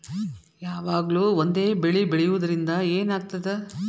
ಯಾವಾಗ್ಲೂ ಒಂದೇ ಬೆಳಿ ಬೆಳೆಯುವುದರಿಂದ ಏನ್ ಆಗ್ತದ?